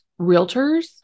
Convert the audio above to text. realtors